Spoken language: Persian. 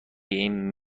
این